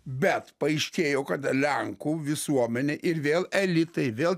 bet paaiškėjo kad lenkų visuomenė ir vėl elitai vėl